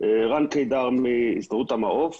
מהסתדרות המעו"ף.